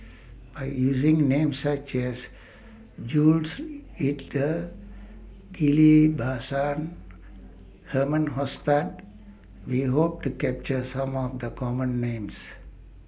By using Names such as Jules Itier Ghillie BaSan Herman Hochstadt We Hope to capture Some of The Common Names